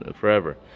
forever